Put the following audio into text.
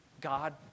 God